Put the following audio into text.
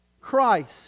Christ